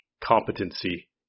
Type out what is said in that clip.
competency